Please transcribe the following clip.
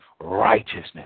righteousness